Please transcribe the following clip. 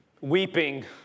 weeping